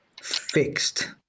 fixed